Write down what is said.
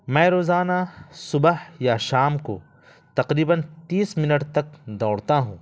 میں روزانہ صبح یا شام کو تقریباً تیس منٹ تک دوڑتا ہوں